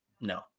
no